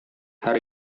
hari